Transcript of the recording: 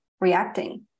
reacting